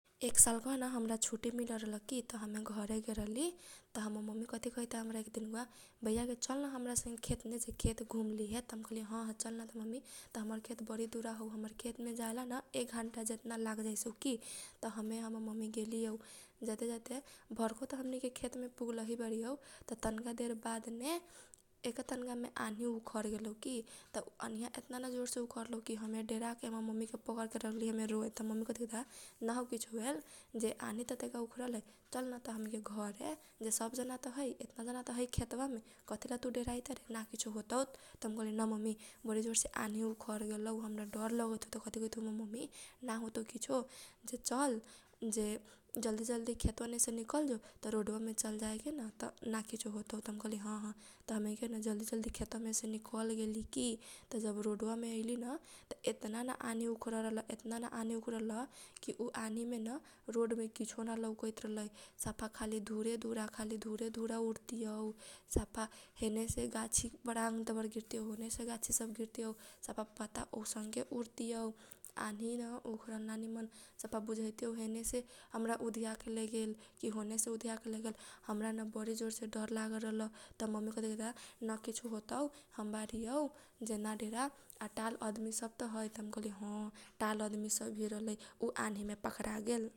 स्कूल समय मे हमनी के लैका रहली की ओने करीया न हमनी के सर चाहे मयाम पढाइ त रहतीयौ की । आ पछाडि से न हमर संगघतीया सब खुसुर फुसुर खुसुर फुसुर उ ओकर कानबा मे खुसुर फुसुर उ ओकर कानबा मे खुसुर फुसुर करतियौ की। आ खुसुर फुसुर करते करते न कलसबे सफा सब जना न‌ ओकनीके मारेन पैयमाल होजाइत रहलै। सरो मयाम एकदम ओकनीके मारेन पैमाल रहैत रहलै की। हमनी के केतनो कही ना करीये खुसुर फुसुर ना करी हे खुसुर फुसुर माने ओकनीके न मानते ना रहलै की । आ ओकनीके चलते न सरो मयाम न हमनी यो केन सुनाइत रहल हमनीयो के कहे तैहनीये संगघतीया सब तोहनीये के त संगघतीया हौ तोनीयो के त औसन के करैत होखबे तोनीयो के कथी निमन बारे। हमनी के कही ना मायम हमनी के ना करैसी की त कहे कथी ना जब संघत औसन बा त तोनीयो के त उहे होखबे हम त बिशवासे ना करम की तोनीके खुसुर फुसुर ना करैत होखबे। त हमनी के कही की ना हमनी के ना करैसी त उहे हमनी के कहैत रहली हमर संगघतीया बा के की ना करै जाइहे जे तोनी के चलते हमनी यो के मयाम से चाहे सरसे सब जना से सुनैसी की। तोनीयो के खुसुर फुसुर खुसुर फुसुर करैसे त ओकनीके सफा ना फरक परतिऔ। खाली खुसुर फुसुर खुसुर फुसुर करतिऔ हमनी यो के खिस बर जाइत रहल हमनीयो के न ओकनीके के खुसुर फुसुर के मारे न बारा डिसटप होइत रहल। हमनी यो के न पढे ना सकैत रहली ओहीसे हमनी के न उहे खुसुर फुसुर खुसुर फुसुर ओकनीके कराइके मारे न ओकनी सेन एकदम हमनी के न खाली झगरे होइत रहल खाली ओकनीके से झगरे होइत रहल।